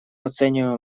оцениваем